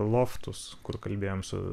loftus kur kalbėjom su